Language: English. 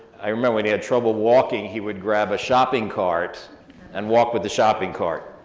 i remember when he had trouble walking, he would grab a shopping cart and walk with the shopping cart.